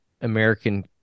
American